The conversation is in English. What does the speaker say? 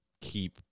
keep